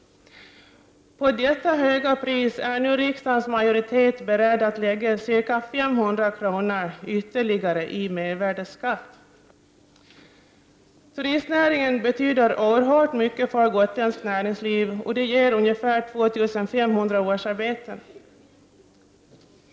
På detta höga pris är nu riksdagens majoritet beredd att lägga ca 500 kr. ytterligare i mervärdeskatt. Turistnäringen betyder oerhört mycket för gotländskt näringsliv och ger ungefär 2 500 årsarbeten.